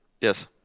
Yes